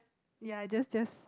ya just just